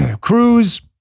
Cruz